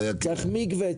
צריך מקווה,